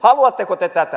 haluatteko te tätä